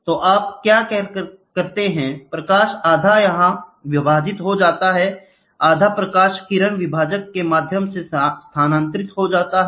तो अब आप क्या करते हैं प्रकाश आधा यहाँ विभाजित हो जाता है आधा प्रकाश किरण विभाजक के माध्यम से स्थानांतरित हो जाता है